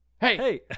Hey